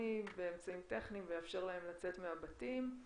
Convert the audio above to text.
האלקטרוני באמצעים טכניים ויאפשר להם לצאת מהבתים.